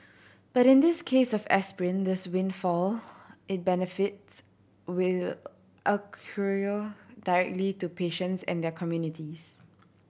but in this case of aspirin this windfall in benefits will accrue directly to patients and their communities